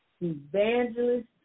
evangelist